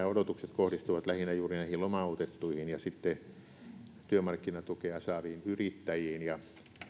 odotukset kohdistuvat lähinnä juuri näihin lomautettuihin ja työmarkkinatukea saaviin yrittäjiin ja